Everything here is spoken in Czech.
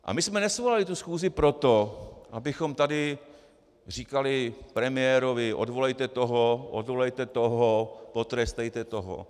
A my jsme nesvolali schůzi proto, abychom tady říkali premiérovi: odvolejte toho, odvolejte toho, potrestejte toho!